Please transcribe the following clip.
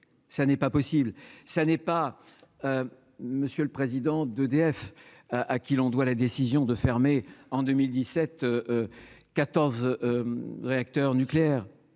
ça n'est pas possible, ça n'est pas monsieur le président d'EDF, à qui l'on doit la décision de fermer en 2017 14 réacteurs nucléaires,